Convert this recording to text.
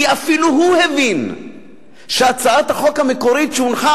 כי אפילו הוא הבין שהצעת החוק המקורית שהונחה